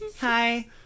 Hi